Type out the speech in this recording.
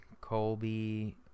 Colby